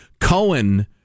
Cohen